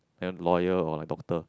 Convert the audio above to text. become lawyer or like doctor